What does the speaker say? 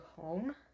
home